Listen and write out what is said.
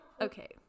Okay